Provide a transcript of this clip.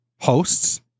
hosts